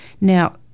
Now